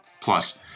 Plus